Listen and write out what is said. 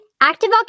active